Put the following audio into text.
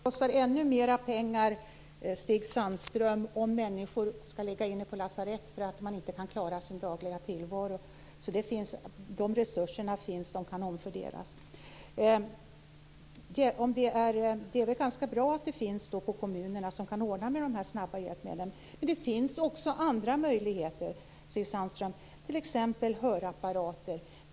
Herr talman! Men det kostar ännu mer pengar om människor skall ligga på lasarett på grund av att de inte klarar sin dagliga tillvaro. De resurserna finns alltså och kan omfördelas. Det är väl ganska bra att kommunerna snabbt kan ordna dessa hjälpmedel. Men det finns också andra möjligheter, t.ex. hörapparater.